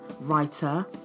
writer